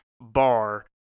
bar